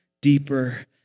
deeper